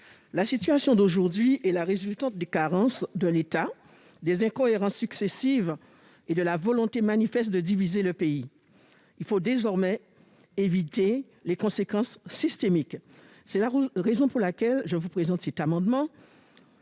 La situation actuelle est la résultante des carences de l'État, des incohérences successives et de la volonté manifeste de diviser le pays. Il faut désormais éviter les conséquences systémiques. C'est la raison pour laquelle je vous présente cet amendement,